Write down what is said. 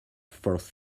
fourth